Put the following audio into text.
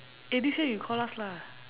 eh this year you call us lah